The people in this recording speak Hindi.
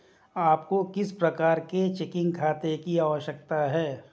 आपको किस प्रकार के चेकिंग खाते की आवश्यकता है?